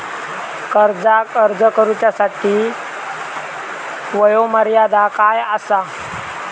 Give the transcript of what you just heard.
कर्जाक अर्ज करुच्यासाठी वयोमर्यादा काय आसा?